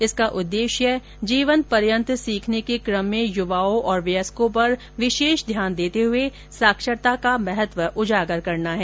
इसका उद्देश्य जीवनपर्यन्त सीखने के कम में युवाओं और वयस्कों पर विशेष ध्यान देते हुए साक्षरता का महत्व उजागर करना है